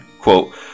quote